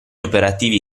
operativi